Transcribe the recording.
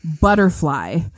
butterfly